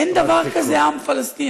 אין דבר כזה עם פלסטיני.